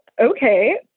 Okay